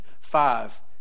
five